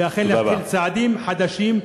ואכן נתחיל צעדים חדשים,